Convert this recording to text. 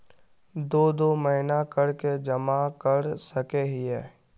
दो दो महीना कर के जमा कर सके हिये?